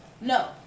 No